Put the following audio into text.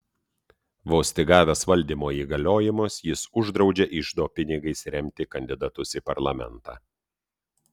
vos tik gavęs valdymo įgaliojimus jis uždraudžia iždo pinigais remti kandidatus į parlamentą